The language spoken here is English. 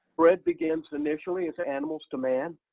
spread begins initially as animals to man,